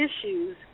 issues